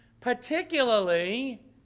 particularly